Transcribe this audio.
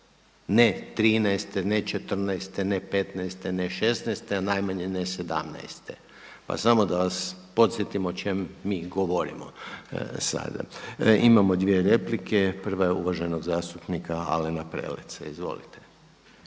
ne petnaeste, ne šesnaeste, a najmanje ne sedamnaeste. Pa samo da vas podsjetim o čem mi govorimo sada. Imamo dvije replike. Prva je uvaženog zastupnika Alena Preleca, izvolite.